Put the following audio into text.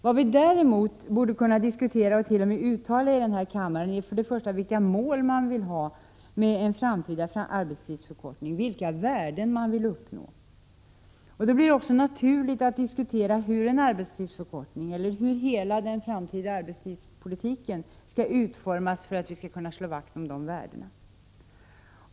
Vad vi däremot borde kunna diskutera och t.o.m. uttala här i kammaren är först och främst vilka mål man bör ha för en framtida arbetstidsförkortning, vilka värden man vill uppnå. Då blir det också naturligt att diskutera hur en arbetstidsförkortning eller hur hela den framtida arbetstidspolitiken skall utformas för att vi skall kunna slå vakt om dessa värden.